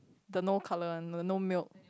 the no colour one the no milk